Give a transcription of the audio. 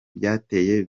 byateye